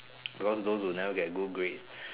those those who never got good grades